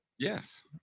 Yes